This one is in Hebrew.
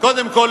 קודם כול,